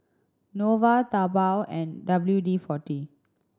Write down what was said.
Nova Taobao and W D Forty